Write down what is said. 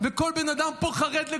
וכל אחד פה חרד לגורלם.